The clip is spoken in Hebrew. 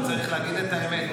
צריך להגיד את האמת,